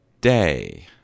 day